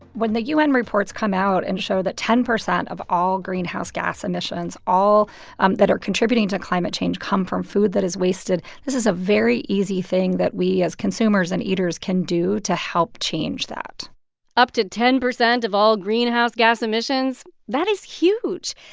when the u n. reports come out and show that ten percent of all greenhouse gas emissions, all um that are contributing to climate change, come from food that is wasted this is a very easy thing that we, as consumers and eaters, can do to help change that up to ten percent of all greenhouse gas emissions that is huge.